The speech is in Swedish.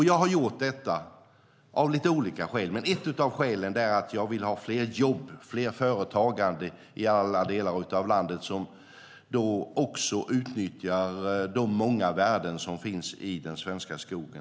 Jag har gjort detta av olika skäl, men ett av skälen är att jag vill ha fler jobb och mer företagande i alla delar av landet som kan utnyttja de många värden som finns i den svenska skogen.